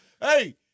hey